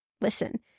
Listen